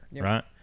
right